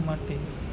માટે